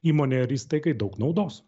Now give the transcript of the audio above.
įmonei ar įstaigai daug naudos